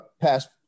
past